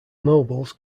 nobles